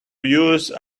use